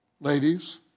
Ladies